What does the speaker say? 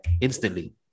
instantly